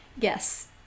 yes